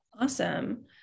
Awesome